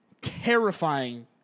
terrifying